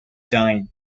died